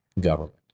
government